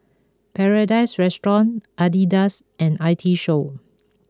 Paradise Restaurant Adidas and I T Show